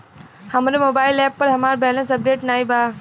हमरे mobile app पर हमार बैलैंस अपडेट नाई बा